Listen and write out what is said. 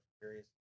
curious